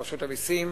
ברשות המסים.